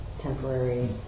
temporary